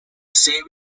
say